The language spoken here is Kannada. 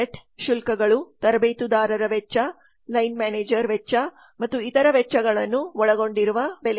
ಬಜೆಟ್ ಶುಲ್ಕಗಳು ತರಬೇತುದಾರ ವೆಚ್ಚ ಲೈನ್ ಮ್ಯಾನೇಜರ್ ವೆಚ್ಚ ಮತ್ತು ಇತರ ವೆಚ್ಚಗಳನ್ನು ಒಳಗೊಂಡಿರುವ ಬೆಲೆ